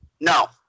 no